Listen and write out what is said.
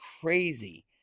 crazy